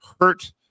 hurt